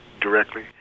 directly